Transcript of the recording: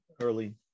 early